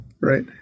right